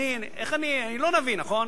אני לא נביא, נכון.